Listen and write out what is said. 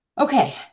Okay